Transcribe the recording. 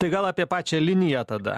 tai gal apie pačią liniją tada